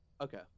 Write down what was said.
okay